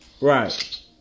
Right